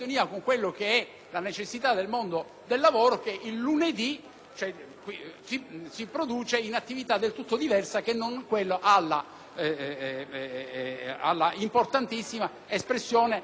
si produce in attività del tutto diversa che non in quella importantissima dell'espressione del voto e quindi della garanzia di una democrazia.